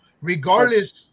regardless